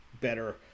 better